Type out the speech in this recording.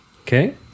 Okay